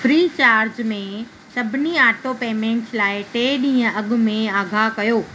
free charge में सभिनी auto payments लाइ टे ॾींहं अॻु में आगाहु कयो